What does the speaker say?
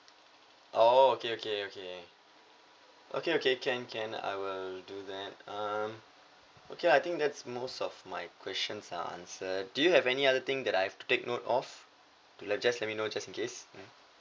oh okay okay okay okay okay can can I will do that um okay I think that's most of my questions are answered do you have any other thing that I have to take note of to let just let me know just in case mm